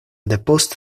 depost